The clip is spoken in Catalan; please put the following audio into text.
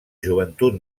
joventut